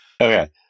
Okay